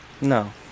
No